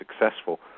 successful